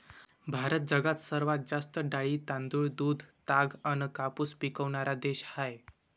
भारत जगात सर्वात जास्त डाळी, तांदूळ, दूध, ताग अन कापूस पिकवनारा देश हाय